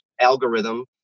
algorithm